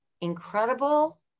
incredible